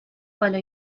follow